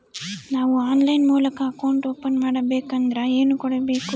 ನಾವು ಆನ್ಲೈನ್ ಮೂಲಕ account open ಮಾಡಬೇಂಕದ್ರ ಏನು ಕೊಡಬೇಕು?